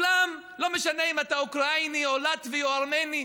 לא משנה אם אתה אוקראיני או לטבי או ארמני,